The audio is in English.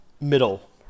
middle